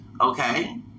Okay